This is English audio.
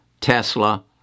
Tesla